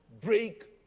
break